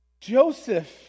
Joseph